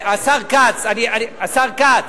השר כץ, השר כץ,